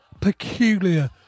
peculiar